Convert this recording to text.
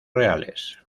reales